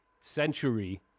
century